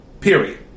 period